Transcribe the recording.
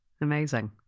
Amazing